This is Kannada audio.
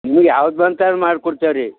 ನಿಮ್ಗೆ ಯಾವ್ದು ಬಂತು ಅದು ಮಾಡಿ ಕೊಡ್ತೇವೆ ರೀ